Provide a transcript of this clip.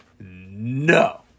No